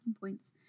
points